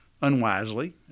unwisely